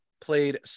played